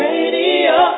Radio